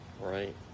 right